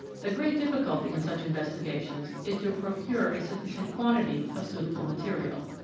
the great difficulty in such investigations is to procure a sufficient quantity of suitable material.